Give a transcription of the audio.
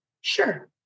sure